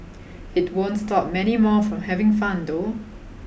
it won't stop many more from having fun though